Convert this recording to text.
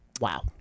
wow